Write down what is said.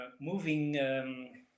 moving